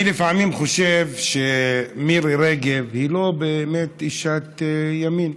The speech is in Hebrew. אני לפעמים חושב שמירי רגב היא לא באמת אשת ימין,